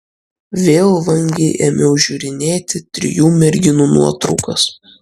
vėl vangiai ėmiau žiūrinėti trijų merginų nuotraukas